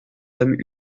âmes